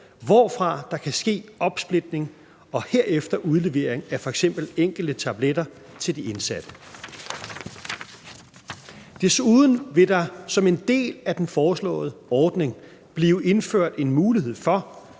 hvorfra der kan ske opsplitning og herefter udlevering af f.eks. enkelte tabletter til de indsatte. Desuden vil der som en del af den foreslåede ordning blive indført en mulighed for,